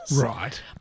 Right